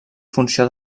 funció